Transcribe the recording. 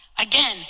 Again